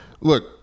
look